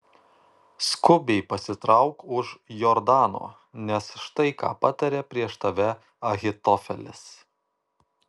skubiai pasitrauk už jordano nes štai ką patarė prieš tave ahitofelis